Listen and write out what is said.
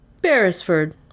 Beresford